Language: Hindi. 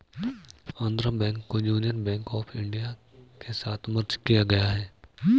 आन्ध्रा बैंक को यूनियन बैंक आफ इन्डिया के साथ मर्ज किया गया है